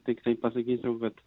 tiktai pasakysiu kad